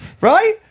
right